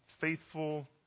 faithful